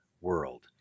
world